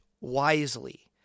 wisely